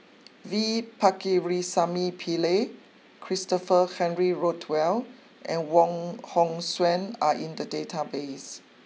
V Pakirisamy Pillai Christopher Henry Rothwell and Wong Hong Suen are in the database